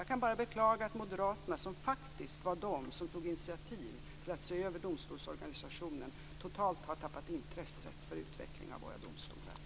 Jag kan bara beklaga att moderaterna, som faktiskt var de som tog initiativ till att se över domstolsorganisationen, totalt har tappat intresset för utvecklingen av våra domstolar.